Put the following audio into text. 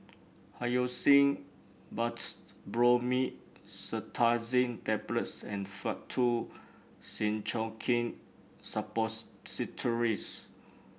Hyoscine Butylbromide Cetirizine Tablets and Faktu Cinchocaine Suppositories